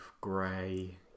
grey